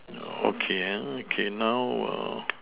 okay uh okay now err